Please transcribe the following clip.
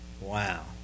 wow